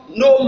no